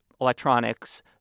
electronics